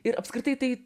ir apskritai tai